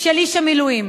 של איש המילואים.